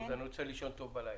אני רוצה לישון טוב בלילה.